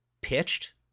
pitched